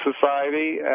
society